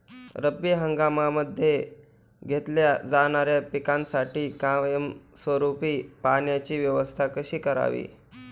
रब्बी हंगामामध्ये घेतल्या जाणाऱ्या पिकांसाठी कायमस्वरूपी पाण्याची व्यवस्था कशी करावी?